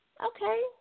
Okay